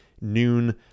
noon